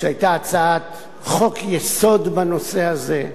כשהיתה הצעת חוק-יסוד בנושא הזה.